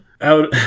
out